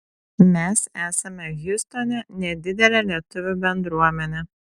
mes esame hjustone nedidelė lietuvių bendruomenė